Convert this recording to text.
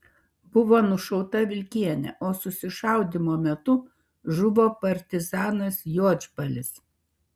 buvo nušauta vilkienė o susišaudymo metu žuvo partizanas juodžbalis